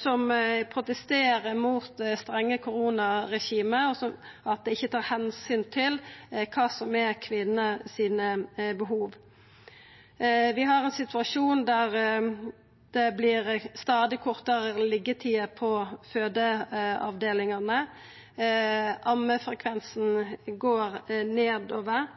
som protesterer mot det strenge koronaregimet, at det ikkje tar omsyn til kva som er kvinna sine behov. Vi har ein situasjon der det vert stadig kortare liggjetider på fødeavdelingane. Ammefrekvensen går nedover.